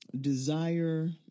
desire